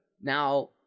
Now